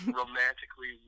romantically